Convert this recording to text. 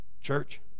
Church